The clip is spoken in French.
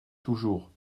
toujours